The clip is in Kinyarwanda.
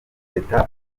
teta